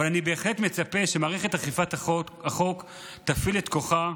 אבל אני בהחלט מצפה שמערכת אכיפת החוק תפעיל את כוחה.